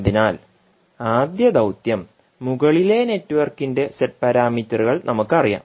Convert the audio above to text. അതിനാൽ ആദ്യ ദൌത്യം മുകളിലെ നെറ്റ്വർക്കിന്റെ ഇസെഡ് പാരാമീറ്ററുകൾ നമുക്ക് അറിയാം